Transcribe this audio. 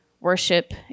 Worship